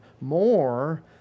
more